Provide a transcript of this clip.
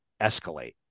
escalate